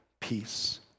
Peace